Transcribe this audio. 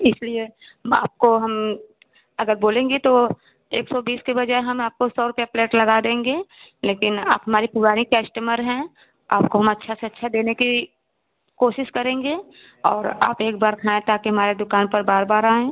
इसलिए आपको हम अगर बोलेंगी तो एक सौ बीस के बजाय हम आपको सौ रुपया प्लेट लगा देंगे लेकिन आप हमारी पुरानी कश्टमर हैं आपको हम अच्छा से अच्छा देने की कोशिश करेंगे और आप एक बार न आएँ ताकि हमारे दुकान पर बार बार आएँ